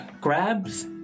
grabs